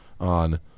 on